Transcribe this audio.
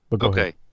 Okay